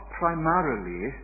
primarily